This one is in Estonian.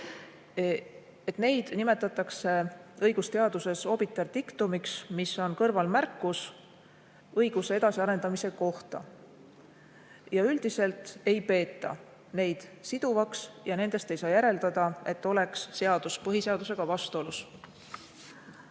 Seda nimetatakse õigusteadusesobiter dictum'iks, mis on kõrvalmärkus õiguse edasiarendamise kohta. Üldiselt ei peeta neid siduvaks ja nendest ei saa järeldada, et seadus on põhiseadusega vastuolus.